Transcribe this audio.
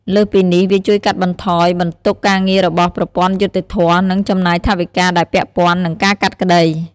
លើសពីនេះ វាជួយកាត់បន្ថយបន្ទុកការងាររបស់ប្រព័ន្ធយុត្តិធម៌ និងចំណាយថវិកាដែលពាក់ព័ន្ធ នឹងការកាត់ក្តី។